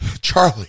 Charlie